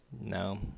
No